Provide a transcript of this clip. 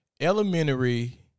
elementary